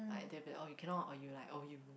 like they'll be like oh you cannot or you like oh you